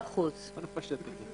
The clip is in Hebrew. --- צודקת.